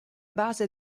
base